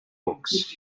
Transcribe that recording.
books